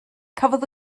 cafodd